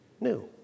new